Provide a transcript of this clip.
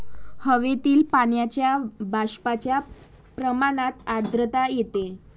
हवेतील पाण्याच्या बाष्पाच्या प्रमाणात आर्द्रता येते